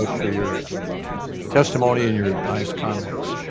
like for your testimony and your nice comments.